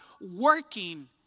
working